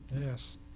Yes